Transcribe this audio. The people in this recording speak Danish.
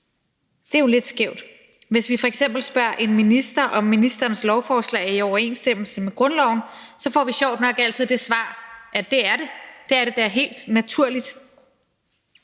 Det er jo lidt skævt. Hvis vi f.eks. spørger en minister, om ministerens lovforslag er i overensstemmelse med grundloven, får vi sjovt nok altid det svar, at det er det – at det er det da helt naturligt.